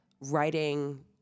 writing